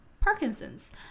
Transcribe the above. parkinson's